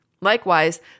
Likewise